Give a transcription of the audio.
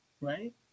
Right